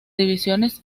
divisiones